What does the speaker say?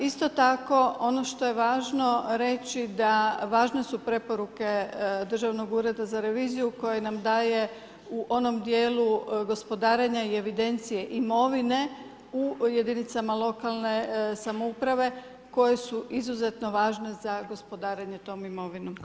Isto tako ono što je važno reći da važne su preporuke Državnog ureda za reviziju koji nam daje u onom djelu gospodarenja i evidencije imovine u jedinicama lokalne samouprave koji su izuzetno važne za gospodarenje tom imovinom.